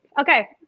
okay